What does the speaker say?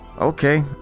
Okay